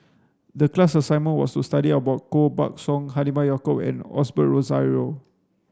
the class assignment was to study about Koh Buck Song Halimah Yacob and Osbert Rozario